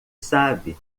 sabe